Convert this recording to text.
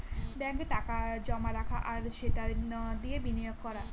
ব্যাঙ্কে টাকা জমা রাখা আর সেটা দিয়ে বিনিয়োগ করা